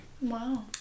Wow